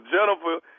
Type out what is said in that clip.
Jennifer